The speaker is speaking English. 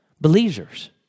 Believers